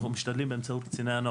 אנחנו משתדלים באמצעות קציני הנוער